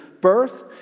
birth